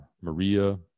Maria